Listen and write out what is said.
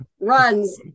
runs